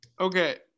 Okay